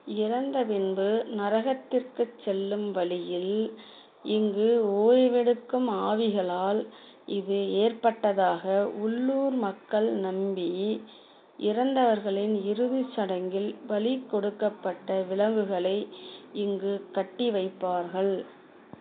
இறந்த பின்பு நரகத்திற்குச் செல்லும் வழியில் இங்கு ஓய்வெடுக்கும் ஆவிகளால் இது ஏற்பட்டதாக உள்ளூர் மக்கள் நம்பி இறந்தவர்களின் இறுதிச் சடங்கில் பலி கொடுக்கப்பட்ட விலங்குகளை இங்கு கட்டி வைப்பார்கள்